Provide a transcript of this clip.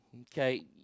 Okay